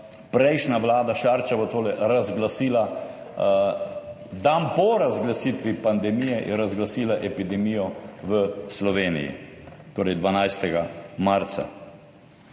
prejšnja vlada, Šarčeva torej, dan po razglasitvi pandemije razglasila epidemijo v Sloveniji, torej 12. marca.